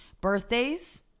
birthdays